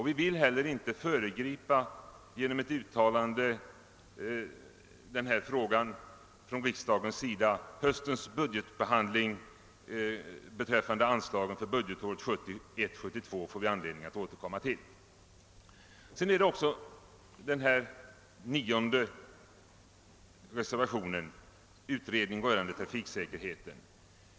Vi vill inte heller genom ett uttalande av riksdagen i denna fråga föregripa höstens budgetbehandling. Anslagen för budgetåret 1971/72 får vi anledning att återkomma till. Så har vi då reservationen 9, vari föreslås en utredning rörande trafiksäkerheten.